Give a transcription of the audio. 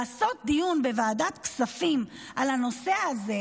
לעשות דיון בוועדת כספים על הנושא הזה,